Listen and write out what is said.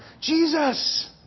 Jesus